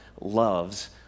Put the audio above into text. loves